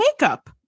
makeup